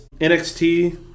NXT